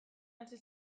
hasi